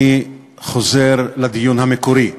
אני חוזר לדיון המקורי,